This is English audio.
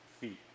feet